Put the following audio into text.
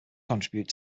contribute